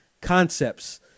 concepts